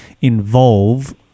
involve